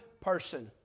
person